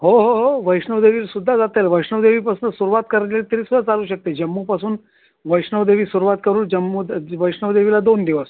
हो हो हो वैष्णोदेवीला सुद्धा जाता येईल वैष्णोदेवीपासून सुरवात करली तरी सुद्धा चालू शकते जम्मूपासून वैष्णोदेवी सुरुवात करू जम्मू वैष्णोदेवीला दोन दिवस